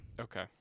Okay